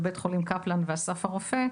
בבית חולים קפלן ואסף הרופא,